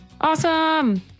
Awesome